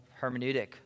hermeneutic